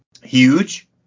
huge